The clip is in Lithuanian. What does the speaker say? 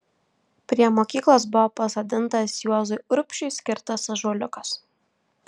prie mokyklos buvo pasodintas juozui urbšiui skirtas ąžuoliukas